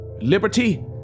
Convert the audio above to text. liberty